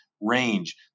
range